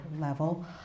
level